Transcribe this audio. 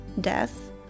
death